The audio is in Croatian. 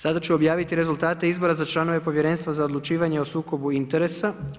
Sada ću objaviti rezultate izbora za članove povjerenstva za odlučivanje o sukobu interesa.